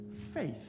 Faith